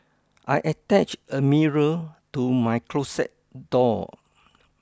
I attach a mirror to my closet door